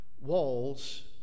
Walls